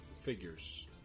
figures